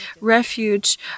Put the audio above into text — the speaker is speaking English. Refuge